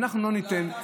אנחנו לא ניתן.